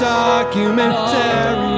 documentary